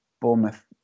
Bournemouth